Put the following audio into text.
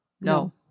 No